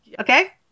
Okay